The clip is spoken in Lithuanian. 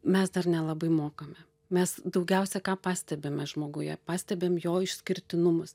mes dar nelabai mokame mes daugiausia ką pastebime žmoguje pastebim jo išskirtinumus